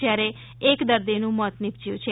જ્યારે એક દર્દીનું મોત નીપજ્યું છે